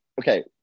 Okay